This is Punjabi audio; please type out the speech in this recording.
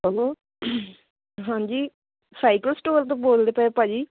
ਹੈਲੋ ਹਾਂਜੀ ਸਾਈਕਲ ਸਟੋਰ ਤੋਂ ਬੋਲਦੇ ਪਏ ਭਾਅ ਜੀ